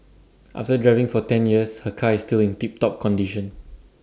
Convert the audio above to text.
after driving for ten years her car is still in tip top condition